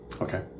Okay